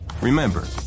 Remember